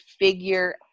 figure